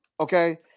okay